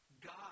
God